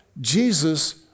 Jesus